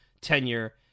tenure